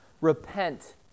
repent